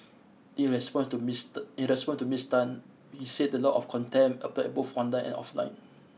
in response to Ms in response to Ms Tan he said the law of contempt applied both online and offline